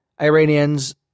Iranians